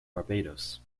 barbados